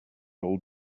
old